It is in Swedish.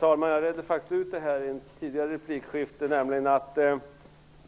Herr talman! Jag redde ut detta i ett tidigare replikskifte.